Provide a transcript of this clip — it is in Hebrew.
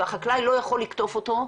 והחקלאי לא יכול לקטוף אותו,